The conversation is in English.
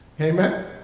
amen